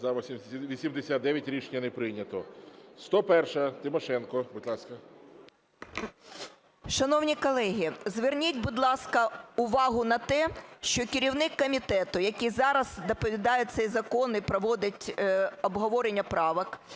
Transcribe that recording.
За-89 Рішення не прийнято. 101-а, Тимошенко. Будь ласка. 15:37:10 ТИМОШЕНКО Ю.В. Шановні колеги, зверніть, будь ласка, увагу на те, що керівник комітету, який зараз доповідає цей закон і проводить обговорення правок,